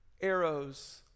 arrows